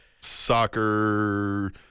soccer